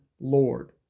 Lord